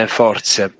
forze